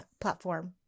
platform